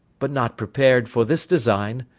but not prepar'd for this design.